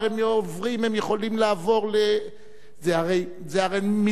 זה הרי מיליארדי עמודים של ספרים,